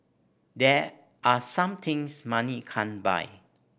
there are some things money can't buy